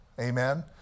Amen